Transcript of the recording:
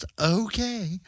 okay